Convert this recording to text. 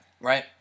right